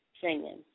singing